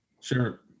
Sure